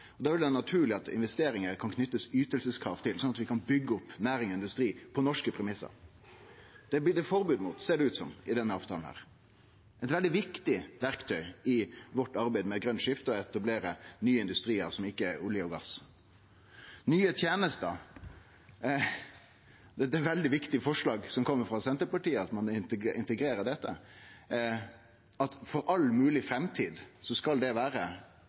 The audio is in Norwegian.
det vere naturleg at det kan bli knytt ytingskrav til investeringar, sånn at vi kan byggje opp næring og industri på norske premissar. Det blir det forbod mot, ser det ut som, i denne avtalen. Det er eit veldig viktig verktøy i arbeidet vårt med eit grønt skifte og med å etablere nye industriar som ikkje er olje og gass. Eit veldig viktig forslag som kjem frå Senterpartiet, gjeld nye tenester, at ein integrerer dette – elles vil det for all mogleg framtid